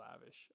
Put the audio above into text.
lavish